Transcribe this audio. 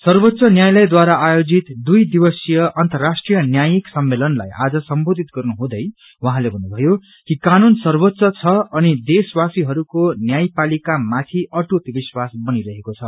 सम्पेच्च न्यायालयद्वारा आयोजित दुई दिनको अनतराष्ट्रीय न्यायिक सम्मेलनलाई सम्बोधित गर्नु हुँदै उहाँले भन्नुभयो कि कानून सर्वोच्च छ अनि देशवासीहरूको न्यायपालिका माथि अटूट विश्वास छ